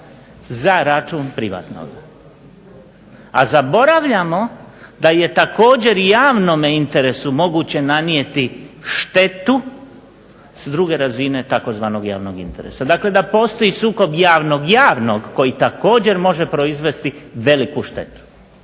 za račun privatnoga. A zaboravljamo da je također i javnome interesu moguće nanijeti štetu s druge razine tzv. javnog interesa. Dakle, da postoji sukob javnog-javnog koji također može proizvesti veliku štetu.